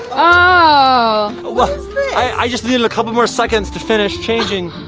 ah i just needed a couple more seconds to finish changing.